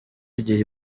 igihe